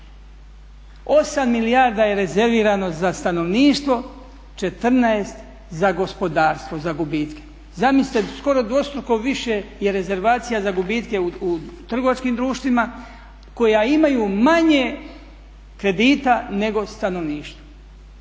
8 milijarda je rezervirano za stanovništvo, 14 za gospodarstvo za gubitke. Zamislite, skoro dvostruko više je rezervacija za gubitke u trgovačkim društvima koja imaju manje kredita nego stanovništvo.